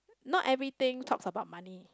not everything talks about money